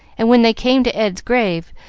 and when they came to ed's grave,